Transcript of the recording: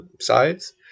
sides